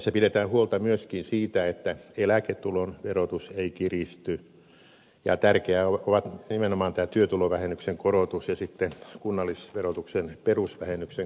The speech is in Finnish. tässä pidetään huolta myöskin siitä että eläketulon verotus ei kiristy ja tärkeitä ovat nimenomaan tämä työtulovähennyksen korotus ja sitten kunnallisverotuksen perusvähennyksen korotus